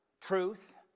truth